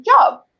job